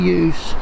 use